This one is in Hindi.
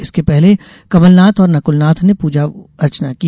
इसके पहले कमलनाथ और नकुलनाथ ने पूजा अर्चना की